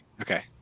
Okay